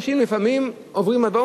לפעמים אנשים עוברים באדום.